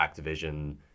Activision